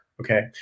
okay